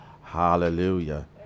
hallelujah